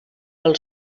del